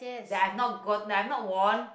that I have not got I'm not wore